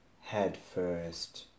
headfirst